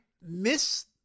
miss